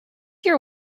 your